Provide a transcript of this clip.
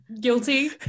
guilty